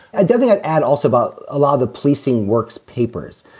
ah doesn't that add also about a lot of the policing works papers?